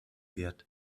wird